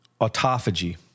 autophagy